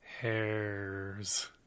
Hairs